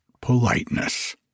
politeness